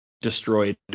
destroyed